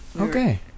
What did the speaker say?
Okay